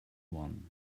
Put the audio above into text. one